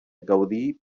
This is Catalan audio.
gaudir